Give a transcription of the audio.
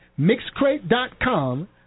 mixcrate.com